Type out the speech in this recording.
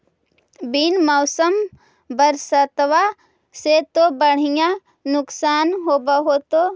बिन मौसम बरसतबा से तो बढ़िया नुक्सान होब होतै?